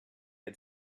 had